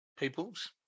peoples